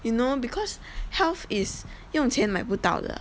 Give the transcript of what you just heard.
you know because health is 用钱买不到的